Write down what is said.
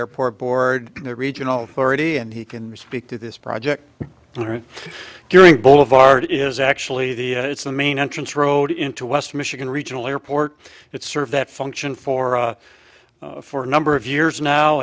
airport board the regional authority and he can speak to this project and her during boulevard is actually the it's the main entrance road into west michigan regional airport it serves that function for for a number of years now